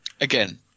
Again